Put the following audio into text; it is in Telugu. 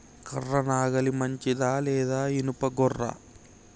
కర్ర నాగలి మంచిదా లేదా? ఇనుప గొర్ర?